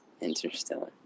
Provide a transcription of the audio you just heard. Interstellar